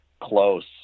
close